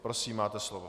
Prosím, máte slovo.